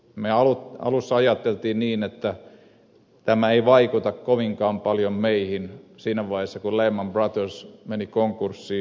me alussa ajattelimme niin että tämä ei vaikuta kovinkaan paljon meihin siinä vaiheessa kun lehman brothers meni konkurssiin